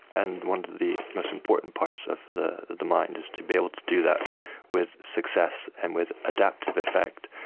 and one of the most important parts of the the mind is to be able to do that with success and with adaptive affect.